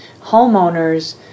homeowners